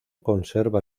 conserva